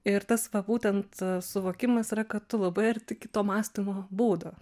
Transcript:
ir tas būtent suvokimas yra kad tu labai arti kito mąstymo būdo